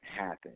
happen